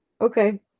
Okay